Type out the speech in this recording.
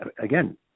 Again